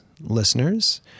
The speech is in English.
listeners